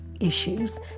issues